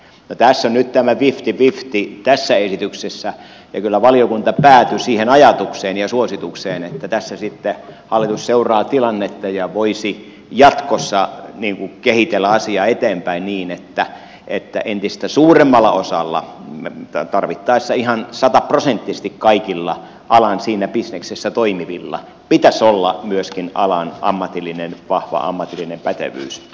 tässä on nyt tämä fifty fifty tässä esityksessä ja kyllä valiokunta päätyi siihen ajatukseen ja suositukseen että tässä sitten hallitus seuraa tilannetta ja voisi jatkossa kehitellä asiaa eteenpäin niin että entistä suuremmalla osalla tarvittaessa ihan sataprosenttisesti kaikilla alalla siinä bisneksessä toimivilla pitäisi olla myöskin alan vahva ammatillinen pätevyys